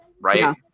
right